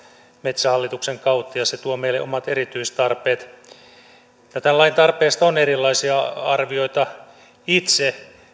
metsähallituksen kautta ja se tuo meille omat erityistarpeet tämän lain tarpeesta on erilaisia arvioita itse